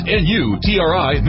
n-u-t-r-i